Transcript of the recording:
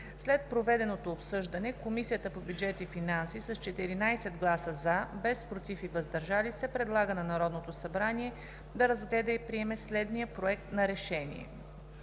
След проведеното обсъждане Комисията по бюджет и финанси с 14 гласа „за“, без „против“ и „въздържал се“ предлага на Народното събрание да разгледа и приеме следния: „Проект! РЕШЕНИЕ